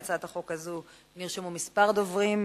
להצעת החוק הזאת נרשמו כמה דוברים.